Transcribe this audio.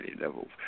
levels